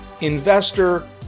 investor